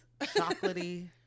chocolatey